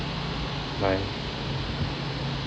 bye